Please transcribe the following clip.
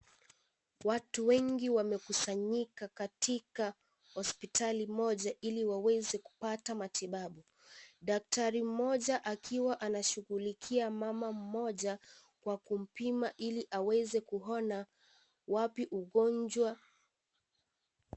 Watu wengi wamekusanyika katika hospitali moja ili waweze kupata matibabu. Daktari mmoja akiwa anashughulikia mama mmoja, kwa kumpima ili aweze kuona wapi ugonjwa.